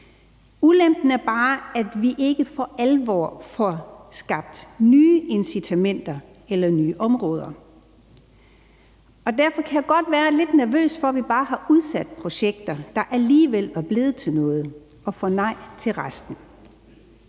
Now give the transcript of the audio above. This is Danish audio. Ulempen er bare, at vi ikke for alvor får skabt nye incitamenter eller nye områder, og derfor kan jeg godt være lidt nervøs for, at vi bare har udsat projekter, der alligevel var blevet til noget, og får nej til resten.